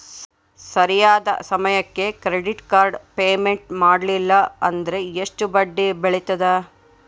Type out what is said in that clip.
ಸರಿಯಾದ ಸಮಯಕ್ಕೆ credit card payment ಮಾಡಲಿಲ್ಲ ಅಂದ್ರೆ ಎಷ್ಟು ಬಡ್ಡಿ ಬೇಳ್ತದ?